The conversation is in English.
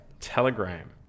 telegram